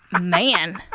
man